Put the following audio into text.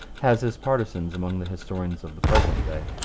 has his partisans among the historians of the present day.